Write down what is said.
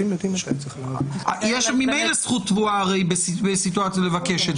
יש לו זכות לבקש את זה.